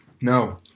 no